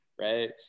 right